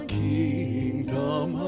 kingdom